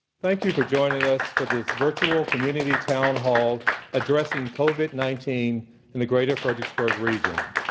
thank you for joining us for this virtual community town hall addressing covid nineteen in the greater fredericksburg region.